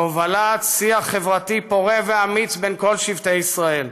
בהובלת שיח חברתי פורה ואמיץ בין כל שבטי ישראל.